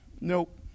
Nope